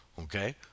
okay